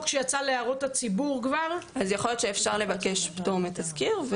שיצאה להערות הציבור כבר --- אז יכול להיות שאפשר לבקש פטור מתזכיר,